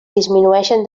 disminueixen